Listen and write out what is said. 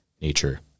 nature